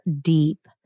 deep